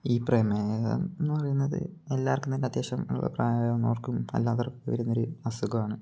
ഈ പ്രമേഹം എന്ന് പറയുന്നത് എല്ലാവർക്കും തന്നെ അത്യാവശ്യം പ്രായമായി വരുന്നവർക്കും എല്ലാവർക്കും വരുന്ന ഒരു അസുഖമാണ്